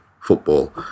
football